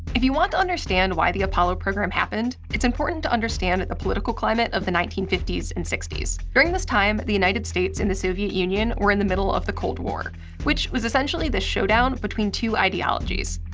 if you want to understand why the apollo program happened, it's important to understand that the political climate of the nineteen fifty s and sixty s. during this time the united states and the soviet union were in the middle of the cold war which was essentially the showdown between two ideologies.